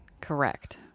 Correct